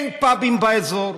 אין פאבים באזור,